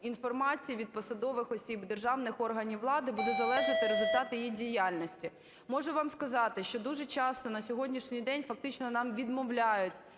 інформації від посадових осіб державних органів влади, будуть залежати результати її діяльності. Можу вам сказати, що дуже часто на сьогоднішній день, фактично, нам відмовляють